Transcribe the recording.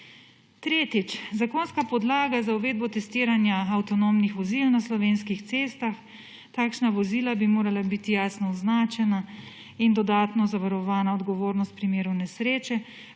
Tretjič, zakonska podlaga za uvedbo testiranja avtonomnih vozil na slovenskih cestah, takšna vozila bi morala biti jasno označena in dodatno zavarovana odgovornost v primeru nesreče,